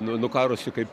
nukarusi kaip